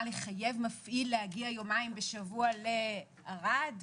לחייב מפעיל להגיע יומיים בשבוע לערד,